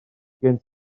oes